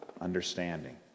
understanding